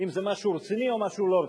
אם זה משהו רציני או משהו לא רציני.